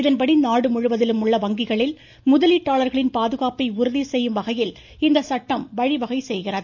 இதன்படி நாடு முழுவதிலும் உள்ள வங்கிகளில் முதலீட்டாளர்களின் பாதுகாப்பை உறுதி செய்யும் வகையில் இந்த சட்டம் வழிவகை செய்கிறது